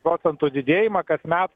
procentų didėjimą kasmet